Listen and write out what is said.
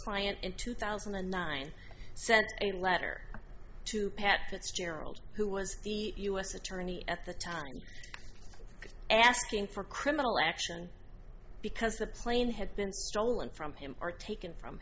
client in two thousand and nine sent a letter to pat fitzgerald who was the u s attorney at the time asking for criminal action because the plane had been stolen from him are taken from